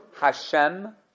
Hashem